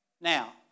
Now